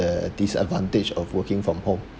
the disadvantage of working from home